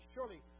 Surely